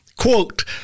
Quote